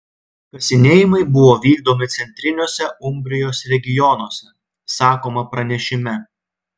kasinėjimai buvo vykdomi centriniuose umbrijos regionuose sakoma pranešime